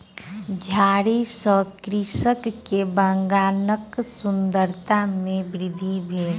झाड़ी सॅ कृषक के बगानक सुंदरता में वृद्धि भेल